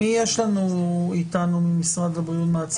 מי נמצא אתנו ממשרד הבריאות?